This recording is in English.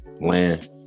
land